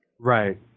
Right